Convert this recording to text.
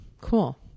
cool